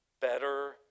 better